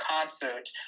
concert